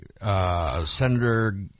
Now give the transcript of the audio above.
Senator